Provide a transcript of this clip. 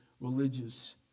religious